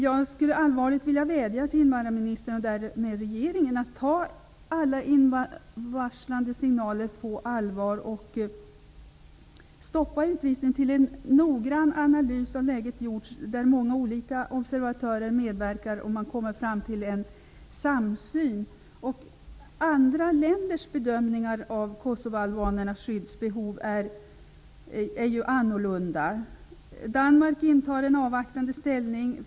Jag vill allvarligt vädja till invandrarministern, och därmed till regeringen, att ta alla illavarslande signaler på allvar och att stoppa utvisningar tills en noggrann analys av läget har gjorts, där många observatörer medverkar så att man kommer fram till en samsyn. Andra länders bedömningar av kosovoalbanernas skyddsbehov är ju annorlunda. Danmark intar en avvaktande ställning.